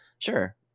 sure